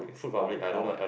or or